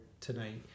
tonight